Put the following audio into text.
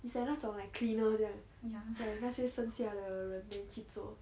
it's like 那种 like cleaner 这样 like 那些剩下的人 then 去做